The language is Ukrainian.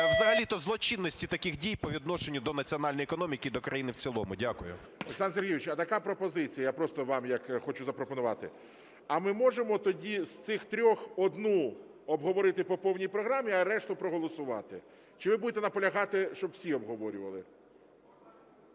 взагалі-то злочинності таких дій по відношенню до національної економіки і до країни в цілому. Дякую. ГОЛОВУЮЧИЙ. Олександр Сергійович, а така пропозиція, я просто вам хочу запропонувати. А ми можемо тоді з цих трьох одну обговорити по повній програмі, а решту проголосувати? Чи ви будете наполягати, щоб всі обговорювали?